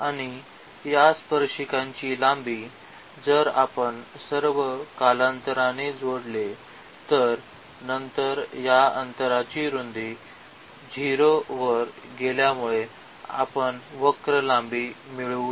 आणि या स्पर्शिकाची लांबी जर आपण सर्व कालांतराने जोडले तर नंतर या अंतराची रुंदी 0 वर गेल्यामुळे आपण वक्र लांबी मिळवू